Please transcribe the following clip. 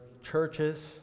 churches